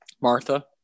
martha